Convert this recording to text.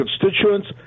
constituents